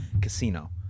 Casino